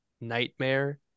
nightmare